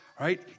right